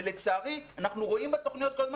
לצערי אנחנו רואים בתוכניות כל הזמן